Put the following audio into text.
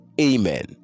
amen